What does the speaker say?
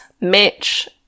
mitch